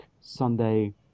Sunday